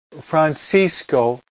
Francisco